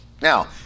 Now